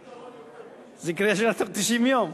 יש לי פתרון יותר טוב, זה יקרה ישר בתוך 90 יום.